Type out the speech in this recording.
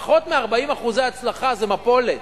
פחות מ-40% הצלחה זה מפולת.